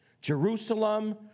Jerusalem